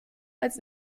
als